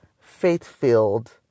faith-filled